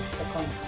second